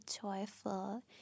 joyful